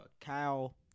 Kyle